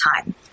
time